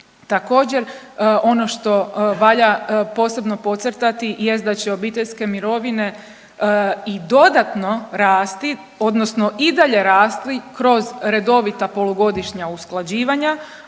Također ono što valja posebno podcrtati jest da će obiteljske mirovine i dodatno rasti, odnosno i dalje rasti kroz redovita polugodišnja usklađivanja,